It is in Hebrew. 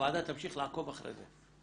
הוועדה תמשיך לעקוב אחרי זה.